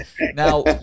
Now